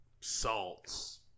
salts